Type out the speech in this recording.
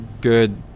good